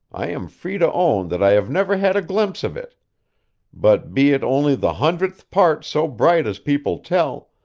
i am free to own that i have never had a glimpse of it but be it only the hundredth part so bright as people tell,